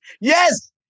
Yes